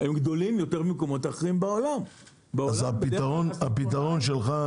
הם גדולים יותר ממקומות אחרים בעולם --- אז הפתרון שלך,